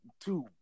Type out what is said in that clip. two